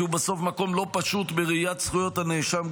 כי הוא בסוף מקום לא פשוט בראיית זכויות הנאשם.